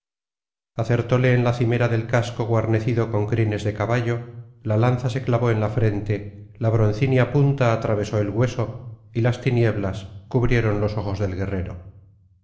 acertóle en la cimera del casco guarnecido con crines de caballo la lanza se clavó en la frente la broncínea punta atravesó el hueso y las tinieblas cubrieron los ojos del guerrero